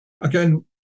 again